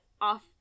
off